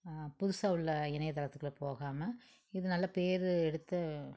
புதுசாக உள்ள இணையத்தளத்துக்குள்ளே போகாமல் இது நல்ல பேர் எடுத்த